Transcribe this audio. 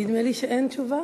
נדמה לי שאין תשובה.